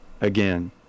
again